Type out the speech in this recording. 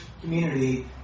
community